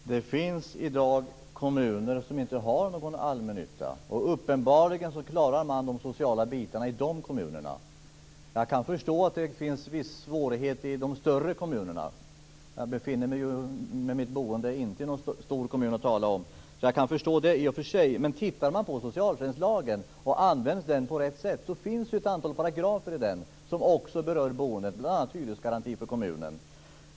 Fru talman! Det finns i dag kommuner som inte har någon allmännytta. Uppenbarligen klarar man de sociala bitarna i de kommunerna. Jag kan förstå att det finns viss svårighet i de större kommunerna. Jag befinner mig med mitt boende inte i någon stor kommun att tala om, så jag kan förstå det i och för sig. Men används socialtjänstlagen på rätt sätt finner vi ett antal paragrafer i den som också berör boende, bl.a. hyresgarantin för kommunen.